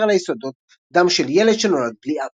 על היסודות דם של "ילד שנולד בלי אב".